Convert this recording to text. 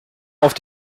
auf